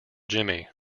jimmy